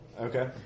Okay